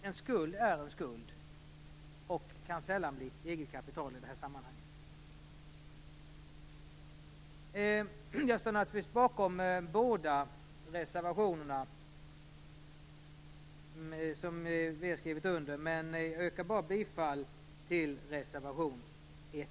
En skuld är en skuld och kan sällan bli eget kapital. Jag står naturligtvis bakom båda våra reservationer, men jag yrkar bifall endast till reservation 1.